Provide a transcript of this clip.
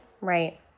right